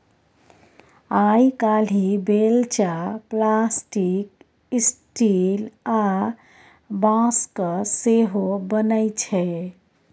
आइ काल्हि बेलचा plastic, steel आ बाँसक सेहो बनै छै